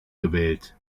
gewählt